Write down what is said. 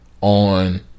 on